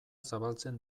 zabaltzen